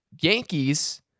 Yankees